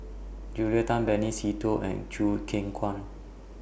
Julia Tan Benny Se Teo and Choo Keng Kwang